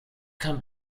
kann